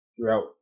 throughout